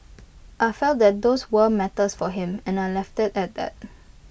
I felt that those were matters for him and I left IT at that